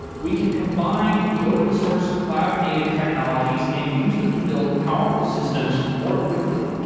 we can combine the open-source cloud native technologies and use them to build powerful systems more quickly.